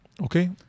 Okay